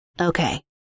Okay